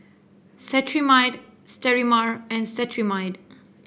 Cetrimide Sterimar and Cetrimide